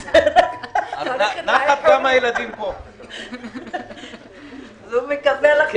זה היה אירוע שאני צפיתי שהוא יקרה.